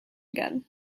again